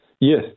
Yes